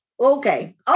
Okay